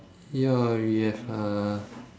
ya we have a